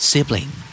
Sibling